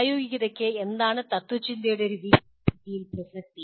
പ്രായോഗികതക്ക് എന്താണ് തത്ത്വചിന്തയുടെ ഒരു വീക്ഷിണരീതിയിൽ പ്രസക്തി